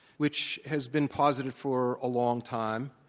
which has been posited for a long time.